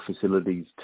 facilities